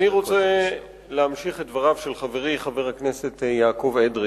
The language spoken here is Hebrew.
אני רוצה להמשיך את דבריו של חברי חבר הכנסת יעקב אדרי